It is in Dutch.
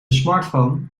smartphone